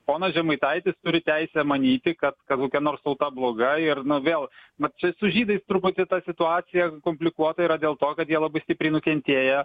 ponas žemaitaitis turi teisę manyti kad kad kokia nors tauta bloga ir vėl vat čia su žydais truputį ta situacija komplikuota yra dėl to kad jie labai stipriai nukentėję